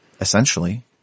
essentially